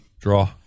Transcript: Draw